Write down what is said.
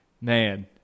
man